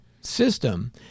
system